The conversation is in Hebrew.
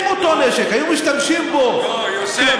אם באותו נשק היו משתמשים, לא, יוסף, באמת.